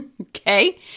Okay